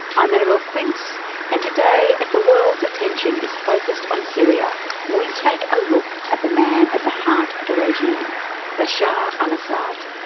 i'm annabelle quince and today as the world's attention is focus on syria we take a look at the man at the heart of the regime bashar al-assad.